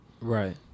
Right